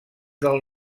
del